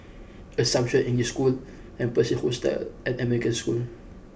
Assumption English School and Pearl's Hill Hostel and American School